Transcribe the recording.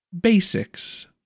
basics